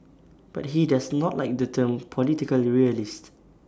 but he does not like the term political realist